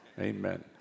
Amen